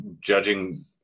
judging